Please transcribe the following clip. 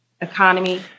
economy